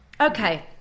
Okay